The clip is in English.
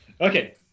Okay